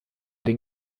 den